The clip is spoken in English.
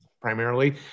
primarily